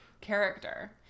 character